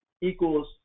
equals